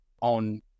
on